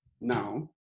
now